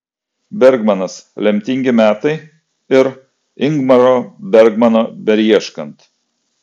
bergmanas lemtingi metai ir ingmaro bergmano beieškant